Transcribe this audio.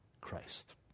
Christ